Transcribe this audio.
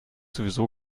sowieso